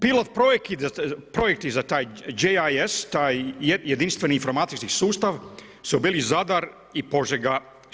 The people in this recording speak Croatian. Pilot-projekt za taj GIS, taj jedinstveni informatički sustav su bili Zadar i Požega.